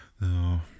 No